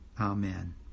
Amen